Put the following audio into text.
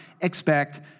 expect